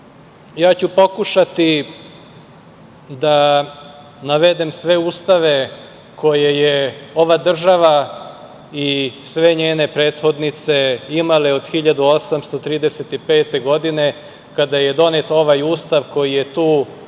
Ja ću pokušati da navedem sve ustave koje je ova država i sve njene prethodnice imale od 1835. godine, kada je donet ovaj Ustav koji je tu